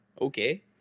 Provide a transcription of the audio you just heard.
okay